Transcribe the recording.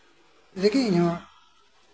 ᱨᱮᱜᱮ ᱤᱧᱦᱚᱸ